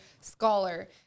scholar